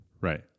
Right